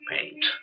paint